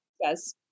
Yes